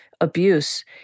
abuse